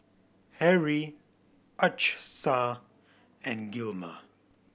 Harrie Achsah and Gilmer